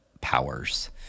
powers